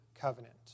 covenant